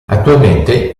attualmente